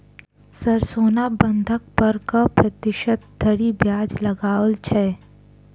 Sir सोना बंधक पर कऽ प्रतिशत धरि ब्याज लगाओल छैय?